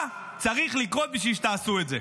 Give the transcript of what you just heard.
מה צריך לקרות בשביל שתעשו את זה?